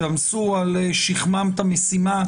שעמסו על שכמן את המשימה,